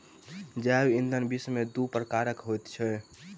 जैव ईंधन विश्व में दू प्रकारक होइत अछि